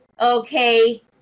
okay